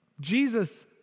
Jesus